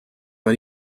but